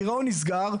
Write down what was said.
הגרעון נסגר.